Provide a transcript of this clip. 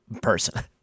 person